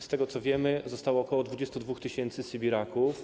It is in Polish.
Z tego, co wiemy, zostało ok. 22 tys. sybiraków.